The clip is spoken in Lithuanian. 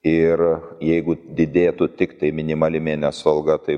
ir jeigu didėtų tiktai minimali mėnesinio alga tai